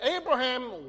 Abraham